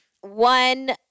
one